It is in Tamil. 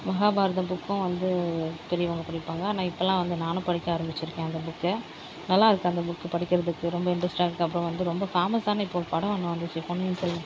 மகாபாரதம் புக்கும் வந்து பெரியவங்க படிப்பாங்க ஆனால் இப்போலாம் வந்து நானும் படிக்க ஆரமிச்சிருக்கேன் அந்த புக்கை நல்லா இருக்கு அந்த புக்கு படிக்கிறதுக்கு ரொம்ப இன்ட்ரெஸ்ட்டாக இருக்கு அப்புறம் வந்து ரொம்ப ஃபேமஸ்ஸான இப்போ ஒரு படம் ஒன்று வந்துச்சே பொன்னியின் செல்வன்